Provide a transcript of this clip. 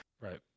Right